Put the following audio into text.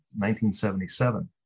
1977